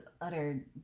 utter